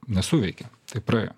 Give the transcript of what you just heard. nesuveikė tai praėjo